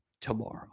tomorrow